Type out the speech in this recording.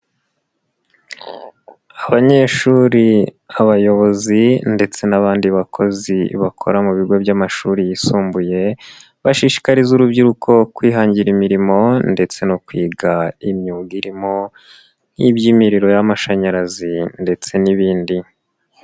Abanyeshuri, abayobozi ndetse n'abandi bakozi bakora mu bigo by'amashuri yisumbuye, bashishikariza urubyiruko kwihangira imirimo ndetse no kwiga imyuga irimo iby'imiriro y'amashanyarazi ndetse n'ibindi.